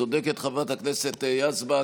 צודקת חברת הכנסת יזבק.